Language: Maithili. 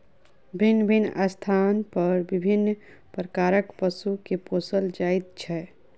भिन्न भिन्न स्थान पर विभिन्न प्रकारक पशु के पोसल जाइत छै